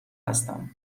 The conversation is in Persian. هستم